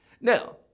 Now